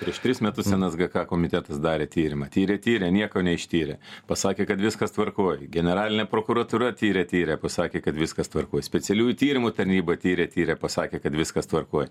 prieš tris metus nsgk komitetas darė tyrimą tyrė tyrė nieko neištyrė pasakė kad viskas tvarkoj generalinė prokuratūra tyrė tyrė pasakė kad viskas tvarkoj specialiųjų tyrimų tarnyba tyrė tyrė pasakė kad viskas tvarkoj